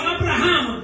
Abraham